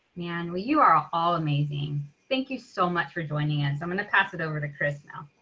man, we you are all amazing. thank you so much for joining us. i'm going to pass it over to chris now